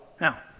Now